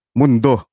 mundo